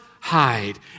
hide